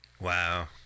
Wow